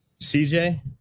cj